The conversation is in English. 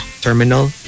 terminal